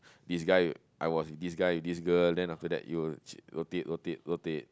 this guy I was this guy this girl then after that it will rotate rotate rotate